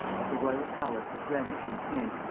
at the royal palace of greenwich in kent,